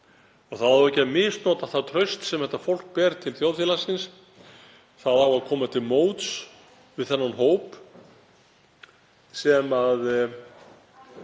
Það á ekki að misnota það traust sem þetta fólk ber til þjóðfélagsins. Það á að koma til móts við þennan hóp sem á